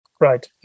Right